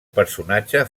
personatge